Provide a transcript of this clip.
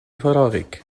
فراغك